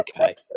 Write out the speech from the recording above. okay